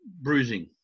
bruising